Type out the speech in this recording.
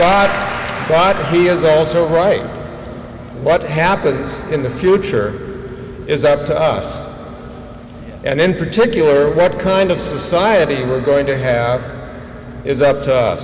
also right what happens in the future is up to us and in particular what kind of society we're going to have is